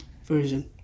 Version